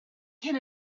can